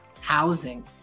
housing